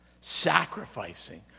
sacrificing